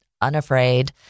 unafraid